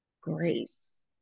grace